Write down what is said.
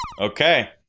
Okay